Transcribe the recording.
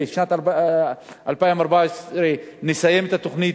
בשנת 2014 נסיים את התוכנית,